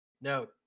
no